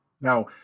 Now